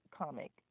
comic